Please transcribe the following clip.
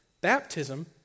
Baptism